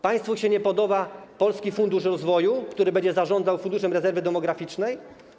Państwu nie podoba się Polski Fundusz Rozwoju, który będzie zarządzał Funduszem Rezerwy Demograficznej?